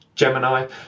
Gemini